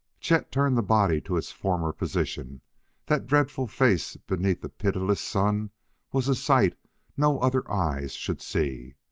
chet turned the body to its former position that dreadful face beneath a pitiless sun was a sight no other eyes should see.